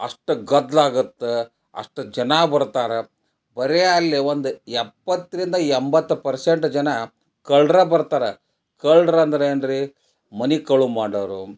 ಅಷ್ಟು ಗದ್ದಲ ಆಗುತ್ತೆ ಅಷ್ಟು ಜನ ಬರ್ತಾರೆ ಬರೇ ಅಲ್ಲಿ ಒಂದು ಎಪ್ಪತ್ತರಿಂದ ಎಂಬತ್ತು ಪರ್ಸೆಂಟ್ ಜನ ಕಳ್ರೇ ಬರ್ತಾರೆ ಕಳ್ರು ಅಂದ್ರೆ ಏನು ರಿ ಮನೆ ಕಳುವು ಮಾಡೋವ್ರು